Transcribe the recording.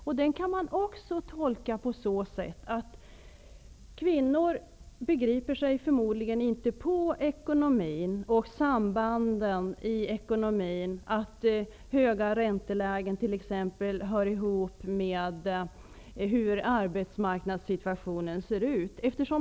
Även den kan tolkas på så sätt, att kvinnor förmodligen inte begriper sig på ekonomin och sambanden i ekonomin, t.ex. att höga räntelägen hör ihop med hur arbetsmarknadssituationen ser ut.